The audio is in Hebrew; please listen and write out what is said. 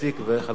חיים כץ.